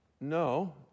No